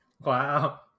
wow